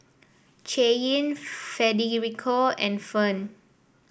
Cheyenne Federico and Ferne